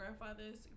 grandfather's